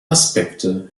aspekte